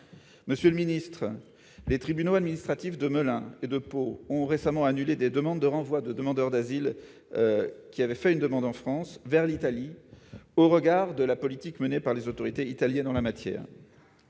Monsieur le ministre, les tribunaux administratifs de Melun et de Pau ont récemment annulé le renvoi vers l'Italie de demandeurs d'asile qui avaient fait une demande en France, au regard de la politique menée par les autorités italiennes en la matière.